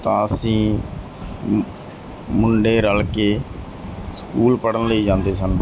ਤਾਂ ਅਸੀਂ ਮੁੰਡੇ ਰਲ ਕੇ ਸਕੂਲ ਪੜ੍ਹਨ ਲਈ ਜਾਂਦੇ ਸਨ